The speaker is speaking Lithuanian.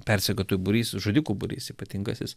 persekiotojų būrys žudikų būrys ypatingasis